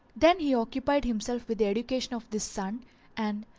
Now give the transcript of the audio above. then he occupied himself with the education of this son and,